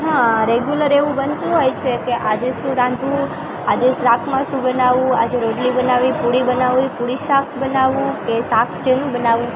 હ રેગ્યુલર એવું બનતું હોય છે કે આજે શું રાંધવું આજે શાકમાં શું બનાવવું આજે રોટલી બનાવી પૂરી બનાવવી પૂરી શાક બનાવવું કે શાક શેનું બનાવવું